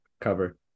cover